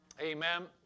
Amen